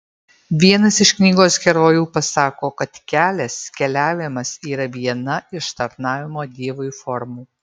vienas iš knygos herojų pasako kad kelias keliavimas yra viena iš tarnavimo dievui formų